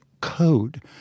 code